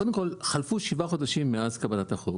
קודם כל, חלפו 7 חודשים מאז קבלת החוק.